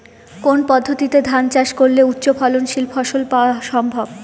কোন পদ্ধতিতে ধান চাষ করলে উচ্চফলনশীল ফসল পাওয়া সম্ভব?